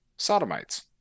Sodomites